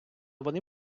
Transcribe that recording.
вони